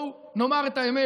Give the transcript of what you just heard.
אז לפחות בואו נאמר את האמת: